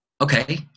Okay